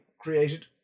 created